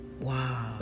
wow